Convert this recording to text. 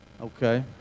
Okay